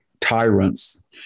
tyrants